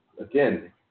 again